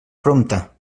prompte